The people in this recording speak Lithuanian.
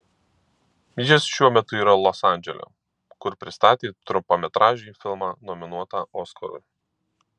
jis šiuo metu yra los andžele kur pristatė trumpametražį filmą nominuotą oskarui